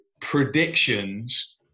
predictions